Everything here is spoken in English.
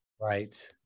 Right